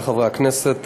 חברי חברי הכנסת,